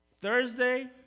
Thursday